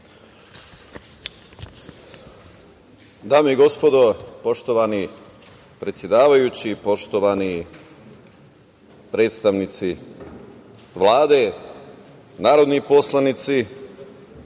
Dame i gospodo, poštovani predsedavajući, poštovani predstavnici Vlade, narodni poslanici,